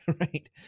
right